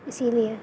इसीलिए